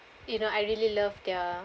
you know I really love their